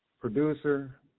producer